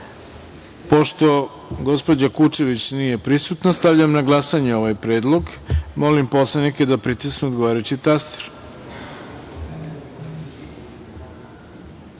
gospođa Kučević nije prisutna, stavljam na glasanje ovaj predlog. Molim poslanike da pritisnu odgovarajući